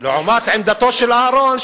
לעומת עמדתו של אהרן,